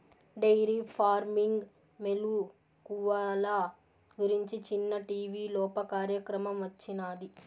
dairy farming మెలుకువల గురించి నిన్న టీవీలోప కార్యక్రమం వచ్చినాది